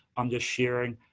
i'm just sharing.